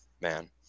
man